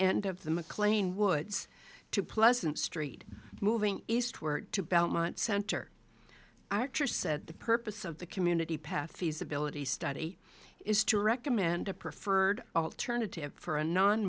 end of the mclean woods to pleasant street moving eastward to belmont center archer said the purpose of the community path feasibility study is to recommend a preferred alternative for a non